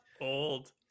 Old